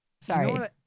Sorry